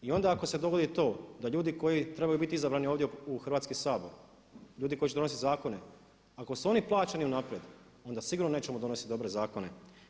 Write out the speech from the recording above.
I onda ako se dogodi to da ljudi koji trebaju biti izabrani ovdje u Hrvatski sabor, ljudi koji će donositi zakone ako su oni plaćeni unaprijed onda sigurno nećemo donositi dobre zakone.